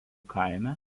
kaime